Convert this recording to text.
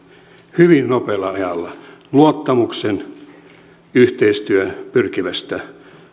hyvin nopealla ajalla luottamukseen ja yhteistyöhön pyrkivästä